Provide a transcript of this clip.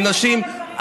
ונשים,